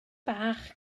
bach